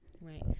right